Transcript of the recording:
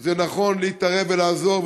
שזה נכון להתערב ולעזור,